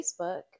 Facebook